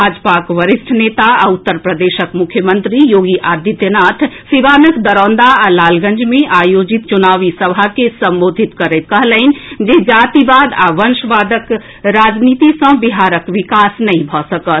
भाजपाक वरिष्ठ नेता आ उत्तर प्रदेशक मुख्यमंत्री योगी आदित्यनाथ सीवानक दरौंदा आ लालगंज मे आयोजित चुनावी सभा के संबोधित करैत कहलनि जे जातिवाद आ वंशवादक राजनीति सँ बिहारक विकास नहि भऽ सकत